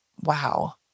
wow